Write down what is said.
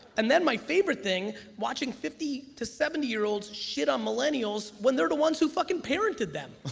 and then my favorite thing, watching fifty to seventy year olds shit on millennials when they're the ones who fucking parented them.